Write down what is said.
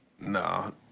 No